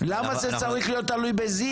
למה זה צריך להיות תלוי בזיו?